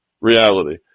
reality